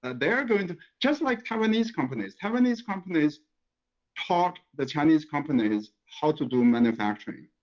ah they're going to just like taiwanese companies. taiwanese companies taught the chinese companies how to do manufacturing.